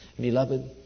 Beloved